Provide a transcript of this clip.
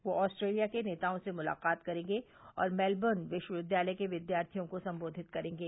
वे Australia के नेताओं से मुलाकात करेंगे और मेलबर्न विश्वविद्यालय के विद्यार्थियों को संबोधित करेंगे